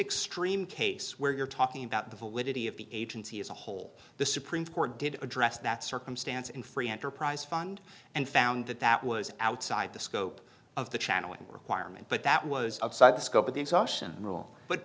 extreme case where you're talking about the validity of the agency as a whole the supreme court did address that circumstance in free enterprise fund and found that that was outside the scope of the channeling requirement but that was outside the scope of the exhaustion rule but